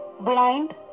blind